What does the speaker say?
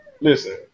Listen